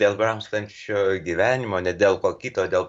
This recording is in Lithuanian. dėl brangstančio gyvenimo ne dėl ko kito dėl